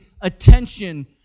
attention